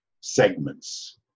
segments